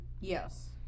Yes